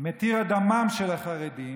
מתיר את דמם של החרדים,